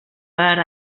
per